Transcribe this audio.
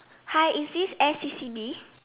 hi is this AirBnB